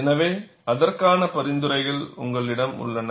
எனவே அதற்கான பரிந்துரைகள் உங்களிடம் உள்ளன